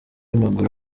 w’amaguru